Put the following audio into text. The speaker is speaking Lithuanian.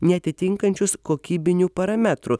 neatitinkančius kokybinių parametrų